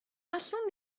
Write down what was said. allwn